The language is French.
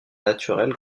naturelle